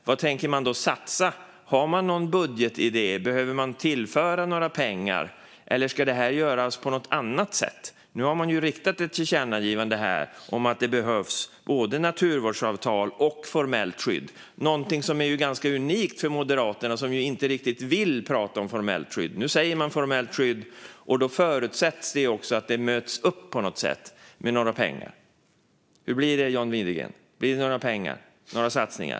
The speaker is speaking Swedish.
Vad tänker man satsa? Har man någon budgetidé? Behöver man tillföra pengar? Eller ska det göras på något annat sätt? Nu vill man rikta ett tillkännagivande om att det behövs både naturvårdsavtal och formellt skydd. Det är någonting unikt för Moderaterna, som inte riktigt vill prata om formellt skydd. Nu säger man formellt skydd, och då förutsätts detta mötas upp med pengar. Hur blir det, John Widegren? Blir det några pengar, några satsningar?